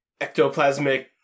ectoplasmic